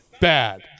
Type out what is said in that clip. bad